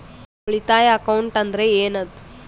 ಉಳಿತಾಯ ಅಕೌಂಟ್ ಅಂದ್ರೆ ಏನ್ ಅದ?